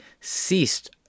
ceased